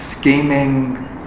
scheming